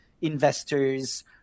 investors